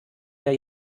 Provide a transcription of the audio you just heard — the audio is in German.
der